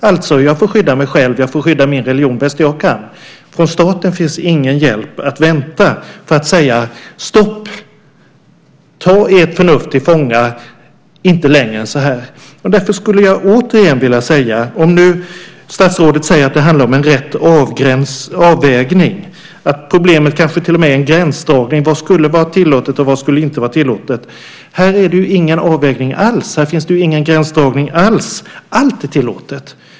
Alltså: Jag får skydda mig själv och min religion bäst jag kan. Från staten finns ingen hjälp att vänta, med att säga: Stopp! Ta ert förnuft till fånga! Inte längre än så här! Därför skulle jag återigen vilja säga en sak. Statsrådet säger nu att det handlar om rätt avvägning och att problemet kanske till och med handlar om en gränsdragning mellan vad som skulle vara tillåtet och vad som inte skulle det. Här är det ju ingen avvägning alls. Här finns det ju ingen gränsdragning alls. Allt är tillåtet.